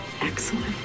Excellent